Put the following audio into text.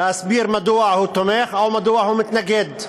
להסביר מדוע הוא תומך או מדוע הוא מתנגד.